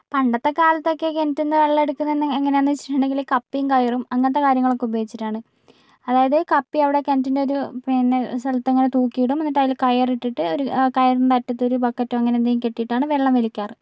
പണ്ടത്തെ കാലത്തൊക്കെ കിണറ്റിന്നു വെള്ളം എടുക്കുന്നത് എങ്ങനെയാന്നുവെച്ചിട്ടുണ്ടെങ്കില് കപ്പിയും കയറും അങ്ങനെത്തെ കാര്യങ്ങളൊക്കെ ഉപയോഗിച്ചിട്ടാണ് അതായത് കപ്പി അവിടെ കിണറ്റിൻ്റെ ഒരു പിന്നെ സ്ഥലത്ത് ഇങ്ങനെ തൂക്കിയിടും അന്നിട്ട് അതിൽ കയറിട്ടിട്ട് ഒരു കയറിൻ്റെ അറ്റത്തൊരു ഒരു ബക്കറ്റോ അങ്ങനെ എന്തെങ്കിലും കെട്ടിയിട്ടാണ് വെള്ളം വലിക്കാറ്